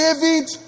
David